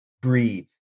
breathe